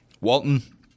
Walton